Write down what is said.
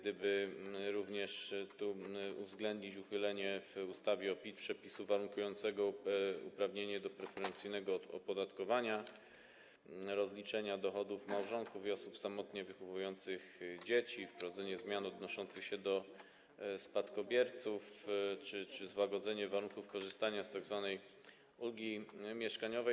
Można by tu również uwzględnić uchylenie w ustawie o PIT przepisu warunkującego uprawnienie do preferencyjnego opodatkowania rozliczenia dochodów małżonków i osób samotnie wychowujących dzieci, wprowadzenie zmian odnoszących się do spadkobierców czy złagodzenie warunków korzystania z tzw. ulgi mieszkaniowej.